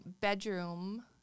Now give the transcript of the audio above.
bedroom